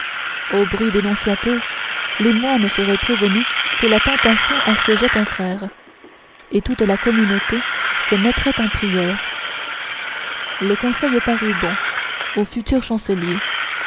au bruit dénonciateur les moines seraient prévenus que la tentation assiégeait un frère et toute la communauté se mettrait en prières le conseil parut bon au futur chancelier